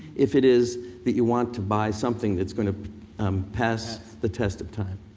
if it is that you want to buy something that's gonna um pass the test of time.